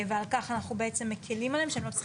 וכך אנחנו בעצם מקלים עליהם שהם לא צריכים